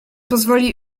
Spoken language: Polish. pozwoli